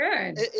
good